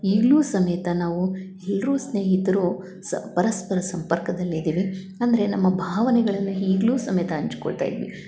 ಈಗಲು ಸಮೇತ ನಾವು ಎಲ್ಲರು ಸ್ನೇಹಿತರು ಸಹ ಪರಸ್ಪರ ಸಂಪರ್ಕದಲ್ಲಿದ್ದೀವಿ ಅಂದರೆ ನಮ್ಮ ಭಾವನೆಗಳನ್ನು ಈಗಲು ಸಮೇತ ಹಂಚ್ಕೊಳ್ತ ಇದ್ವಿ